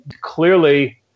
clearly